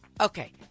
Okay